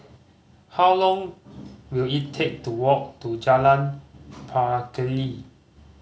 how long will it take to walk to Jalan Pacheli